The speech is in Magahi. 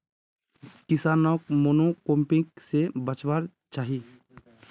किसानोक मोनोक्रॉपिंग से बचवार चाही